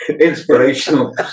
inspirational